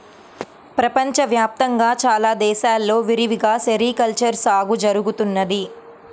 ప్రపంచ వ్యాప్తంగా చాలా దేశాల్లో విరివిగా సెరికల్చర్ సాగు జరుగుతున్నది